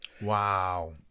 Wow